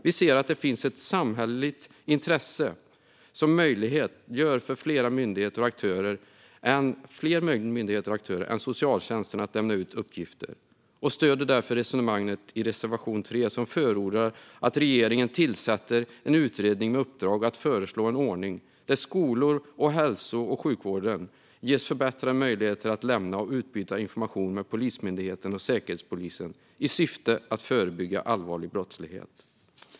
Vi menar att det finns ett samhälleligt intresse av att möjliggöra för fler myndigheter och aktörer än socialtjänsten att lämna ut uppgifter. Vi stöder därför resonemanget i reservation 3 där man förordar att "regeringen tillsätter en utredning med uppdrag att föreslå en ordning där skolor och hälso och sjukvården och eventuellt andra aktörer ges förbättrade möjligheter att lämna och utbyta information med Polismyndigheten och Säkerhetspolisen i syfte att förebygga allvarlig brottslighet".